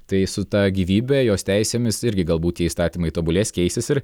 tai su ta gyvybe jos teisėmis irgi galbūt tie įstatymai tobulės keisis ir